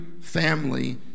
family